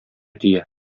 тия